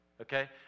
Okay